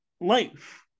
life